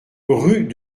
rue